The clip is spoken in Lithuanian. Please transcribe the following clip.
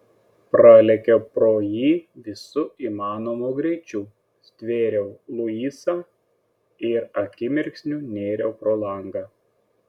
pralėkiau pro jį visu įmanomu greičiu stvėriau luisą ir akimirksniu nėriau pro langą